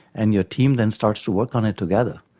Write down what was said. and your team then starts to work on it together.